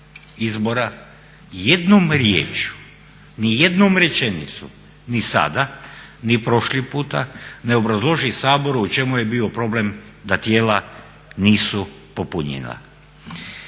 izbora jednom riječju, ni jednom rečenicom ni sada ni prošli puta ne obrazloži Saboru u čemu je bio problem da tijela nisu popunjena.